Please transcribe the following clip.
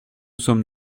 sommes